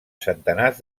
centenars